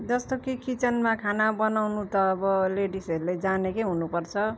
जस्तो कि किचनमा खाना बनाउनु त अब लेडिसहरूले जानेकै हुनुपर्छ